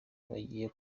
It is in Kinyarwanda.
bagiye